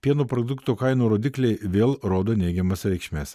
pieno produktų kainų rodikliai vėl rodo neigiamas reikšmes